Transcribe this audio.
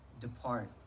Depart